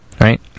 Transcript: Right